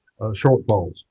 shortfalls